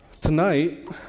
Tonight